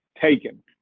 Taken